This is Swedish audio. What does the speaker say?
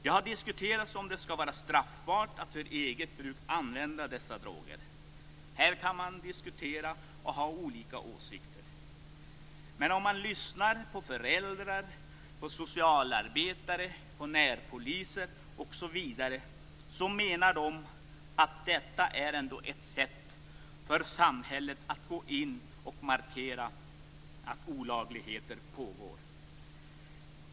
Det har diskuterats om det skall vara straffbart att för eget bruk använda dessa droger. Här kan man diskutera och ha olika åsikter. Men om man lyssnar på föräldrar, på socialarbetare, på närpolisen kan man höra att de menar att detta ändå är ett sätt för samhället att gå in och markera att olagligheter pågår.